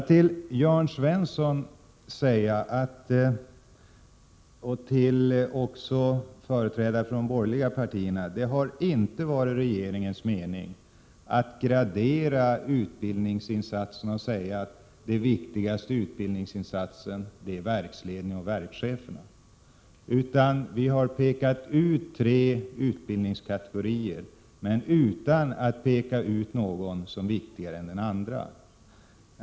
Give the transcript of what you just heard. Till Jörn Svensson och också till företrädare för de borgerliga partierna vill jag säga att det inte har varit regeringens mening att gradera utbildningsinsatserna och påstå att den viktigaste utbildningsinsatsen är den för verksledning och verkschefer. Vi har pekat ut tre utbildningskategorier men utan att ange någon som viktigare än de andra.